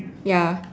ya